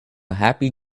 happy